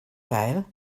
gael